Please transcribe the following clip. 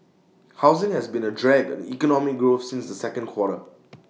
housing has been A drag on economic growth since the second quarter